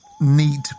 neat